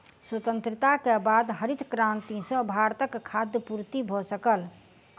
स्वतंत्रता के बाद हरित क्रांति सॅ भारतक खाद्य पूर्ति भ सकल